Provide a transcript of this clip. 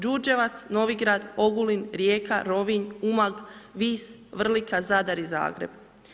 Đurđevac, Novigrad, Ogulin, Rijeka, Rovinj, Umag Vis, Vrlika, Zadar i Zagreb.